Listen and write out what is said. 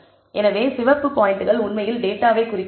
எனவே சிவப்பு பாய்ண்டுகள் உண்மையில் டேட்டாவைக் குறிக்கின்றன